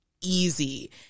easy